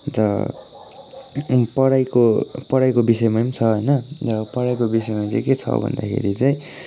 अन्त पढाईको पढाईको विषयमा पनि छ होइन र पढाईको विषयमा चाहिँ के छ भन्दाखेरि चाहिँ